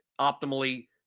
optimally